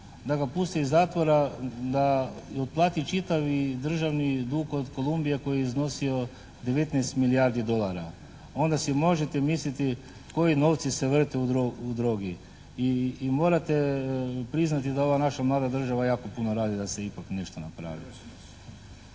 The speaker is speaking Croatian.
da ga puste iz zatvora da otplati čitavi državni dug od Kolumbije koji je iznosio 19 milijardi dolara. Onda si možete misliti koji novci se vrte u drogi. I morate priznati da ova naša mlada država jako puno radi da se ipak nešto napravi.